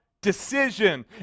decision